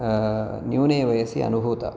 न्यूने वयसि अनुभूता